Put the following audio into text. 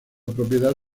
propiedad